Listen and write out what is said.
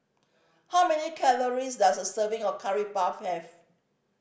how many calories does a serving of Curry Puff have